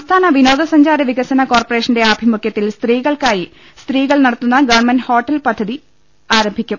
സംസ്ഥാന വിനോദ സഞ്ചാർ വികസന കോർപ്പറേഷന്റെ ആഭി മുഖൃത്തിൽ സ്ത്രീകൾക്കായി സ്ത്രീകൾ നടത്തുന്ന ഗവൺമെന്റ് ഹോട്ടൽ പദ്ധതി ആരംഭിക്കും